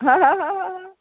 हां हां हां हां